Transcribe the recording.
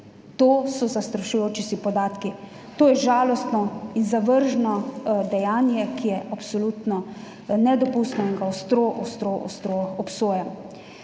To so zastrašujoči se podatki. To je žalostno in zavržno dejanje, ki je absolutno nedopustno in ga ostro, ostro, ostro obsojamo.